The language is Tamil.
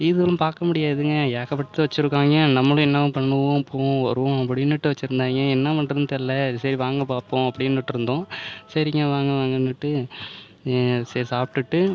இதுவும் பார்க்க முடியாதுங்க ஏகப்பட்டது வச்சிருக்காங்க நம்மளும் என்னதான் பண்ணுவோம் போவோம் வருவோம் அப்படின்னுட்டு வச்சிருந்தாங்க என்ன பண்ணுறதுன்னு தெரில சரி வாங்க பார்ப்போம் அப்படின்னுட்ருந்தோம் சரிங்க வாங்க வாங்கன்னுட்டு சரி சாப்பிட்டுட்டு